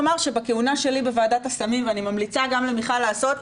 אני חייבת לומר שבכהונה שלי בוועדת הסמים ואני ממליצה גם למיכל לעשות,